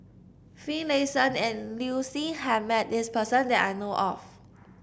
Finlayson and Liu Si has met this person that I know of